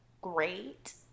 great